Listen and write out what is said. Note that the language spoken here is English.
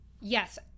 Yes